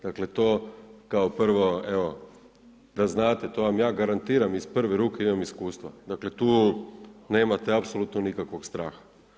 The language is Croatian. Dakle to, kao prvo, evo to vam ja garantiram iz prve ruke, imam iskustva, dakle tu nemate apsolutno nikakvog straha.